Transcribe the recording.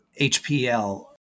HPL